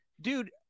dude